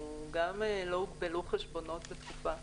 גם לא הוגבלו חשבונות לתקופה,